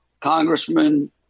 Congressman